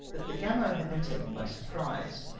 that the gamo had been taken by surprise,